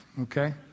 okay